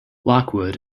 lockwood